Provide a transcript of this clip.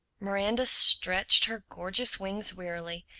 miranda stretched her gorgeous wings wearily.